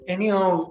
Anyhow